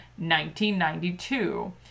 1992